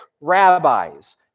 rabbis